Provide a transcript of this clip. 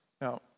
Now